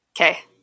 Okay